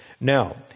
Now